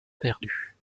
perdu